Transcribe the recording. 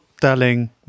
telling